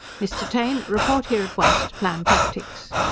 mr. taine! report here at once to plan tactics!